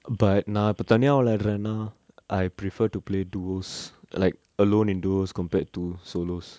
but நா இப்ப தனியா வெளயாடுரன்னா:na ippa thaniya velayaduranna I prefer to play duos like alone in those compared to solos